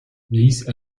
these